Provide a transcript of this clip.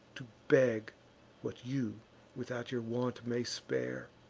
to beg what you without your want may spare